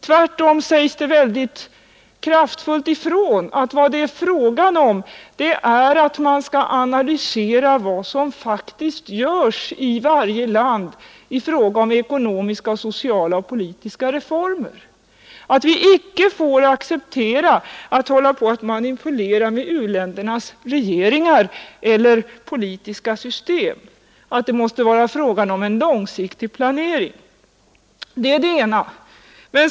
Tvärtom sägs det mycket kraftfullt ifrån att vad det är fråga om är att vi skall analysera vad som faktiskt görs i varje land när det gäller ekonomiska, sociala och politiska reformer, att vi icke får acceptera att man manipulerar med u-ländernas regeringar eller politiska system och att det måste ske en långsiktig planering. — Det är det ena.